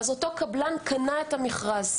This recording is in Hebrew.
אז אותו קבלו קנה את המכרז.